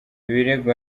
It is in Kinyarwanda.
birego